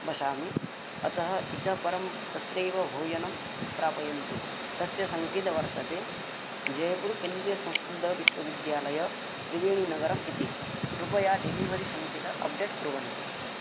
वसामि अतः इतः परं तत्रैव भोजनं प्रापयन्तु तस्य सङ्केतः वर्तते जयपुर् केन्द्रीयसंस्कृतविश्वविद्यालयः त्रिवेणीनगरम् इति कृपया डेलिवरीसङ्केतम् अप्डेट् कुर्वन्तु